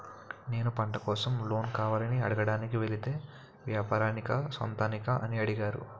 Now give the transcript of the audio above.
నేను పంట కోసం లోన్ కావాలని అడగడానికి వెలితే వ్యాపారానికా సొంతానికా అని అడిగారు